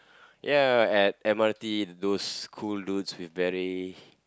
ya at M_R_T those cool dudes with beret